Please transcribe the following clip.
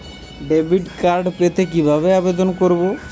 Debit card পেতে কিভাবে আবেদন করব?